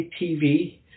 TV